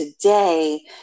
today